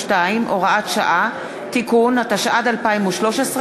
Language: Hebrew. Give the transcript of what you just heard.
62, הוראת שעה) (תיקון), התשע"ד 2013,